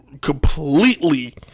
completely